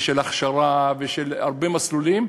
של הכשרה ושל הרבה מסלולים.